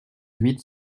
huit